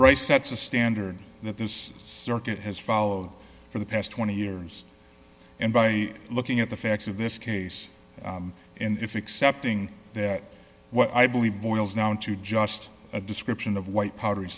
bryce sets a standard that this circuit has followed for the past twenty years and by looking at the facts of this case and if accepting that what i believe boils down to just a description of white powdery